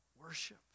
worship